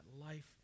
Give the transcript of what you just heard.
Life